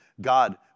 God